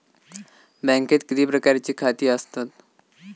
बँकेत किती प्रकारची खाती आसतात?